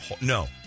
No